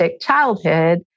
childhood